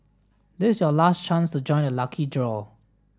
this your last chance to join the lucky draw